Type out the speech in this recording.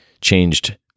changed